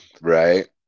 Right